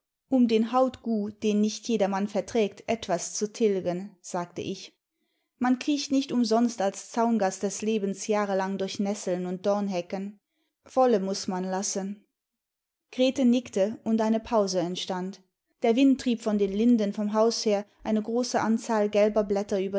um den hautgout den nicht jedermann verträgt etwas zu tilgen sagte ich man kriecht nicht umsonst als zaungast des lebens jahrelang durch nesseln und domhecken wolle muß man lassen grete nickte imd eine pause entstand der wind trieb von den linden vom haus her eine große anzahl gelber blätter